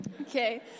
okay